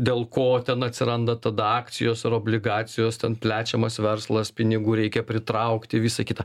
dėl ko ten atsiranda tada akcijos ar obligacijos ten plečiamas verslas pinigų reikia pritraukti visa kita